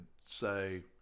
say